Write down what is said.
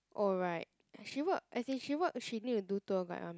oh right she work as in she work she need to do tour guide [one]